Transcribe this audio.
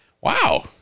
wow